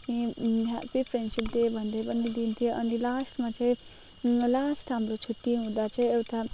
अनि happy friendship day भन्दै पनि दिन्थे अनि लास्टमा चाहिँ लास्ट हाम्रो छुट्टी हुँदा चाहिँ एउटा